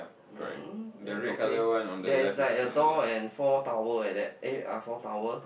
um then okay there is like a door and four towel like that eh four towel